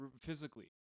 physically